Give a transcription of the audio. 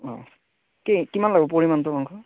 অ কি কিমান লাগিব পৰিমাণটো মাংসৰ